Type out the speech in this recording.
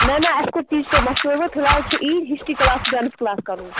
نَہ نَہ اَسہِ کور ٹیچرو مَشورٕ وۄنۍ فلِحال چھُ یی ہسٹری کٕلاس چھُ ڈانس کٕلاس کَرُن